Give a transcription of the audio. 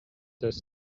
this